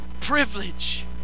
privilege